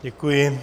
Děkuji.